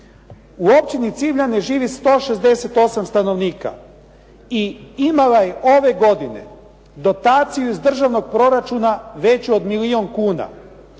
U općini Civljane živi 168 stanovnika i imala je ove godine dotaciju iz državnog proračuna veću od milijun kuna.